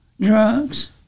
drugs